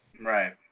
Right